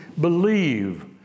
believe